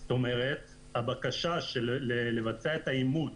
זאת אומרת, הבקשה לבצע את האימות